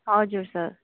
हजुर सर